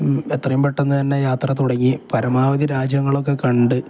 എത്രയും പെട്ടെന്നുതന്നെ യാത്ര തുടങ്ങി പരമാവധി രാജ്യങ്ങളൊക്കെ കണ്ട്